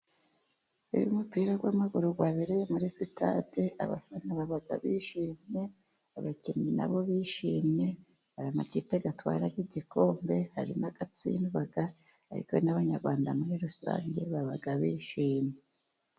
Iyo umupira w'amaguru wabereye muri sitade, abafana baba bishimiye, abakinnyi na bo bishimiye. Hari amakipe atwara igikombe, hari n'atsindwa. Ariko n'Abanyarwanda muri rusange baba bishimye.